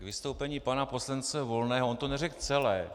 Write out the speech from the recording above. Vystoupení pana poslance Volného on to neřekl celé.